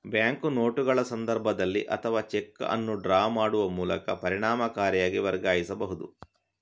bank ನೋಟುಗಳ ಸಂದರ್ಭದಲ್ಲಿ ಅಥವಾ ಚೆಕ್ ಅನ್ನು ಡ್ರಾ ಮಾಡುವ ಮೂಲಕ ಪರಿಣಾಮಕಾರಿಯಾಗಿ ವರ್ಗಾಯಿಸಬಹುದು